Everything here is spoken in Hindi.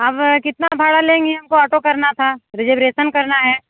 आप कितना भाड़ा लेंगी हमको ऑटो करना था रिजर्वेसन करना है